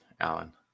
Alan